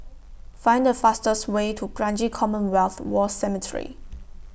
Find The fastest Way to Kranji Commonwealth War Cemetery